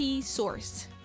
source